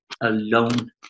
Alone